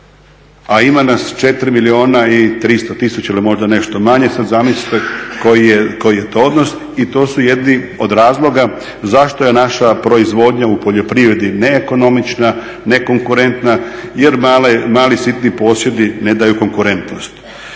a ima nas 4 milijuna i 300 tisuća ili možda nešto manje. Sad zamislite koji je to odnos, i to su jedni od razloga zašto je naša proizvodnja u poljoprivredni neekonomična, nekonkurentna jer mali sitni posjedi ne daju konkurentnost.